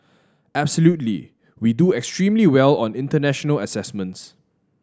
absolutely we do extremely well on international assessments